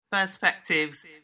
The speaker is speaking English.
Perspectives